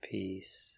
Peace